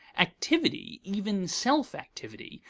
activity, even self-activity,